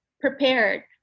prepared